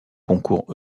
concours